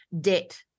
debt